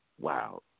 Wow